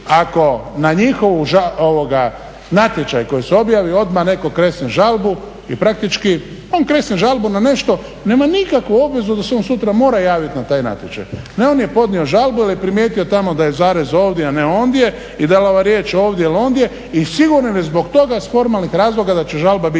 ako na njihov natječaj koji se objavi odmah netko kresne žalbu i praktički on kresne žalbu na nešto, nema nikakvu obvezu da se on sutra mora javit na taj način. Ne, on je podnio žalbu jer je primijetio tamo da je zarez ovdje, a ne ondje i da li je ova riječ ovdje ili ondje i sigurno im je zbog toga iz formalnih razloga da će žalba biti